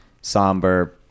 somber